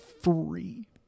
free